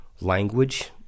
language